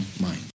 mind